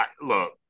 look